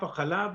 בעולם ענף החלב,